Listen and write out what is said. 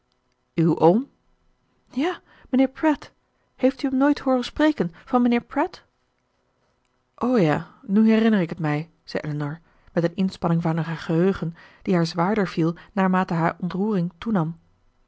uw oom ja mijnheer pratt hebt u hem nooit hooren spreken van mijnheer pratt o ja nu herinner ik het mij zei elinor met een inspanning van haar geheugen die haar zwaarder viel naarmate haar ontroering toenam